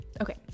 okay